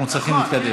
אנחנו צריכים להתקדם.